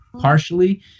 partially